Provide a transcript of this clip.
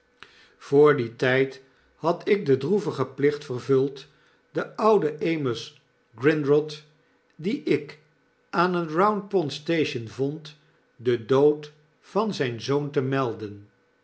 voor dien tyd had ik den droevigen plicht vervuld den ouden amos grindrod dien ik aan het llound-pond-station vond den dood van zyn zoon te melden